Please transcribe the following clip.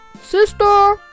Sister